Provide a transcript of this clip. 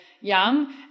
young